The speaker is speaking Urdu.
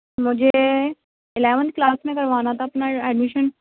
مجھے الیون کلاس میں کروانا تھا اپنا ایڈمیشن